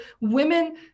women